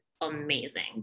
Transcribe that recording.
amazing